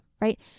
right